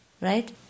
right